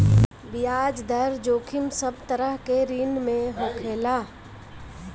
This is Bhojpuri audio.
बियाज दर जोखिम सब तरह के ऋण में होखेला